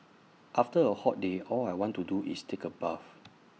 after A hot day all I want to do is take A bath